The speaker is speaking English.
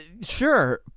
sure